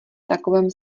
takovém